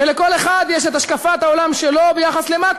ולכל אחד יש השקפת העולם שלו ביחס למה